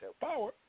power